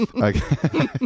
Okay